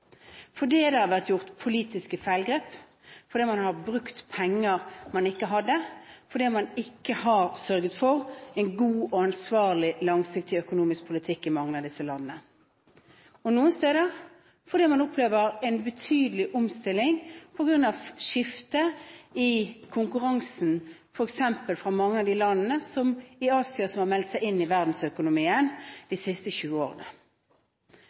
fordi det har vært gjort politiske feilgrep, fordi man har brukt penger man ikke hadde, fordi man ikke har sørget for en god og ansvarlig, langsiktig økonomisk politikk i mange av disse landene, og – noen steder – fordi man opplever en betydelig omstilling på grunn av skifte i konkurransen fra f.eks. mange av de landene i Asia som har meldt seg inn i verdensøkonomien de siste 20 årene.